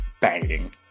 banging